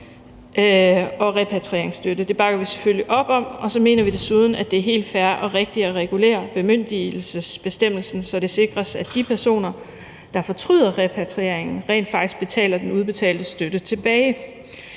og repatrieringsstøtte. Det bakker vi selvfølgelig op om, og så mener vi desuden, at det er helt fair og rigtigt at regulere bemyndigelsesbestemmelsen, så det sikres, at de personer, der fortryder repatrieringen, rent faktisk betaler den udbetalte støtte tilbage.